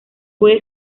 puede